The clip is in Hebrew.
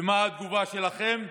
ומה התגובה שלכם?